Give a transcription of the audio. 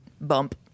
bump